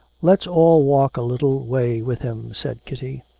let's all walk a little way with him said kitty.